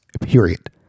period